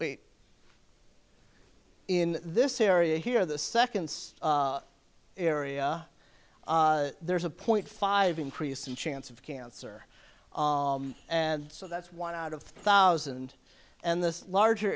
be in this area here the second area there's a point five increase the chance of cancer and so that's one out of thousand and this larger